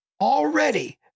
Already